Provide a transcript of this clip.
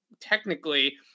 technically